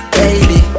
baby